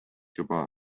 juba